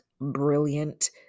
brilliant